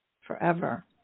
forever